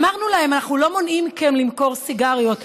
אמרנו להם: אנחנו לא מונעים מכם למכור סיגריות,